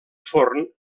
forn